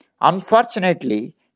unfortunately